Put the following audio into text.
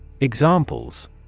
Examples